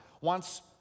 wants